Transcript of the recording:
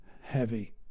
Heavy